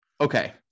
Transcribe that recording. okay